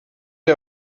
die